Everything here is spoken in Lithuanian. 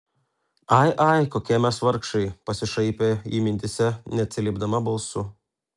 ai ai kokie mes vargšai pasišaipė ji mintyse neatsiliepdama balsu